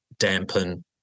dampen